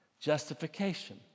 Justification